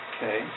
Okay